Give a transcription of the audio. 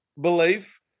belief